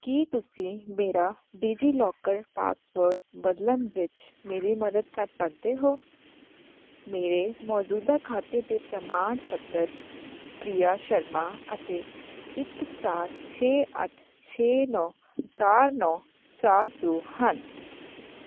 ਕੀ ਤੁਸੀਂ ਮੇਰਾ DigiLocker password ਬਦਲਣ ਵਿੱਚ ਮੇਰੀ ਮਦਦ ਕਰ ਸਕਦੇ ਹੋ ਮੇਰੇ ਮੌਜੂਦਾ ਖਾਤੇ ਦੇ ਪ੍ਰਮਾਣ ਪੱਤਰ ਪ੍ਰੀਆ ਸ਼ਰਮਾ ਅਤੇ ਇੱਕ ਚਾਰ ਛੇ ਅੱਠ ਛੇ ਨੌਂ ਚਾਰ ਨੌਂ ਚਾਰ ਦੋ ਹਨ